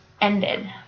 ended